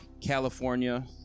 California